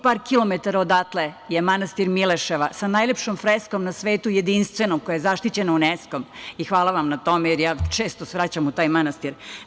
Par kilometara odatle je manastir Mileševa sa najlepšom freskom na svetu, koja je zaštićena UNESKO-om i hvala vam na tome, jer ja često svraćam u taj manastir.